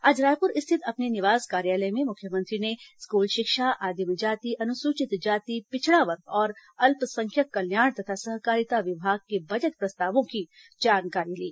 आज रायपुर स्थित अपने निवास कार्यालय में मुख्यमंत्री ने स्कूल शिक्षा आदिम जाति अनुसूचित जाति पिछड़ा वर्ग और अल्पसंख्यक कल्याण तथा सहकारिता विभाग के बजट प्रस्तावों की जानकारी ली